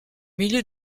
milieu